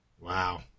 Wow